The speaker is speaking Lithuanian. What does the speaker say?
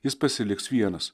jis pasiliks vienas